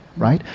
right?